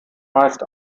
meist